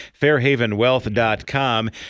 FairhavenWealth.com